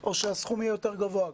או שהסכום יהיה גם יותר גבוה?